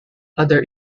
other